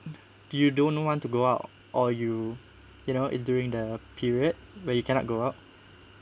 you don't want to go out or you you know it's during the period where you cannot go out